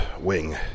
wing